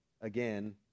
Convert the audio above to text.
again